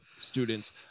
students